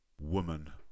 woman